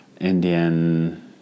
Indian